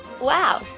Wow